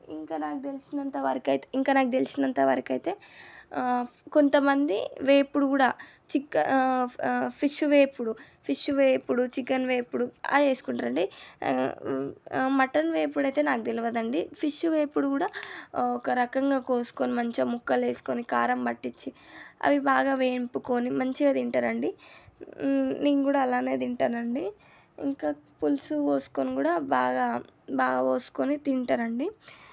ఇంకా నాకు తెలిసినంత వరకు అయితే ఇంకా నాకు తెలిసినంత వరకు అయితే కొంత మంది వేపుడు కూడా చికెన్ ఫిష్ వేపుడు ఫిష్ వేపుడు చికెన్ వేపుడు అవి చేసుకుంటారు అండి మటన్ వేపుడు అయితే నాకు తెలియదండి ఫిష్ వేపుడు కూడా ఒక రకంగా కోసుకొని మంచిగా ముక్కలు వేసుకొని కారం పట్టించి అవి బాగా వేయింపుకొని మంచిగా తింటారు అండి నేను కూడా అలానే తింటాను అండి ఇంకా పులుసు పోసుకొని కూడా బాగా బాగా పోసుకొని తింటారు అండి